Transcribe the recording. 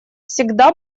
всегда